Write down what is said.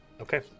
Okay